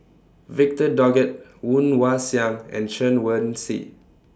Victor Doggett Woon Wah Siang and Chen Wen Hsi